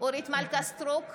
אורית מלכה סטרוק,